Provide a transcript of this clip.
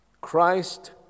Christ